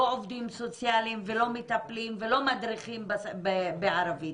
לא עובדים סוציאליים ולא מטפלים ולא מדריכים בערבית.